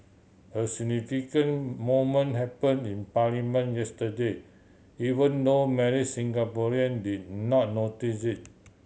a significant moment happen in parliament yesterday even though many Singaporean did not notice it